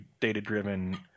data-driven